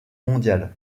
mondial